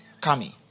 Kami